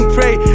Pray